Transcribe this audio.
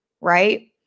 right